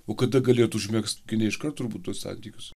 o kada galėjot užmegzt gi ne iškart turbūt tuos santykius